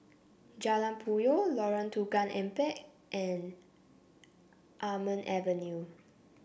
Jalan Puyoh Lorong Tukang Empat and Almond Avenue